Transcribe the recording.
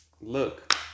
look